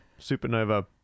Supernova